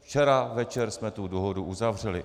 Včera večer jsme tu dohodu uzavřeli.